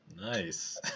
Nice